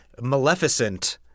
Maleficent